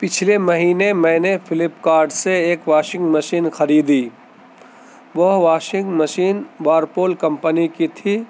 پچھلے مہینے میں نے فلپکارٹ سے ایک واشنگ مشین خریدی وہ واشنگ مشین وارپول کمپنی کی تھی